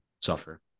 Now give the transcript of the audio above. suffer